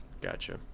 Gotcha